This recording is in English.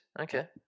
Okay